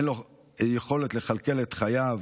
אין לו יכולת לכלכל את חייו,